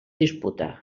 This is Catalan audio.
disputa